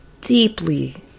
deeply